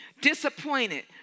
disappointed